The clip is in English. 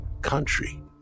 Country